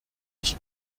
ich